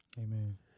Amen